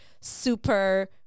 super